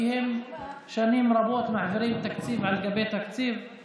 כי הם מעבירים תקציב על גבי תקציב שנים רבות.